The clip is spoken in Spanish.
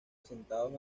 asentados